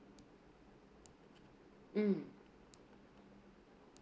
mm